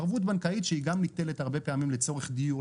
ערבות בנקאית שהיא גם ניטלת הרבה פעמים לצורך דיור,